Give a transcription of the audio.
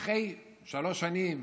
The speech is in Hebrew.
שאחרי שלוש שנים